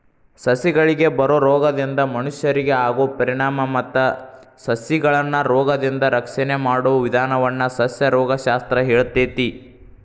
ಸಸಿಗಳಿಗೆ ಬರೋ ರೋಗದಿಂದ ಮನಷ್ಯರಿಗೆ ಆಗೋ ಪರಿಣಾಮ ಮತ್ತ ಸಸಿಗಳನ್ನರೋಗದಿಂದ ರಕ್ಷಣೆ ಮಾಡೋ ವಿದಾನವನ್ನ ಸಸ್ಯರೋಗ ಶಾಸ್ತ್ರ ಹೇಳ್ತೇತಿ